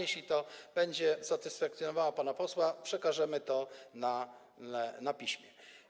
Jeśli to będzie satysfakcjonowało pana posła, przekażemy to na piśmie.